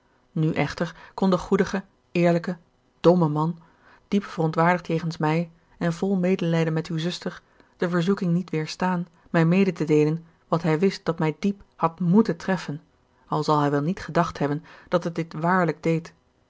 nu echter kon de goedige eerlijke domme man diep verontwaardigd jegens mij en vol medelijden met uwe zuster de verzoeking niet weerstaan mij mede te deelen wat hij wist dat mij diep had moeten treffen al zal hij wel niet gedacht hebben dat het dit waarlijk deed